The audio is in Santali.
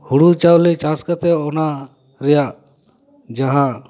ᱦᱩᱲᱩ ᱪᱟᱣᱞᱮ ᱪᱟᱥ ᱠᱟᱛᱮᱫ ᱚᱱᱟ ᱨᱮᱭᱟᱜ ᱡᱟᱦᱟᱸ